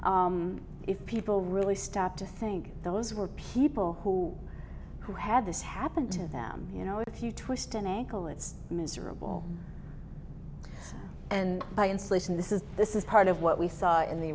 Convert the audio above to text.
if people really stop to think those were people who who had this happen to them you know if you twist an ankle it's miserable and insulation this is this is part of what we saw in the